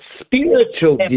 spiritual